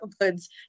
goods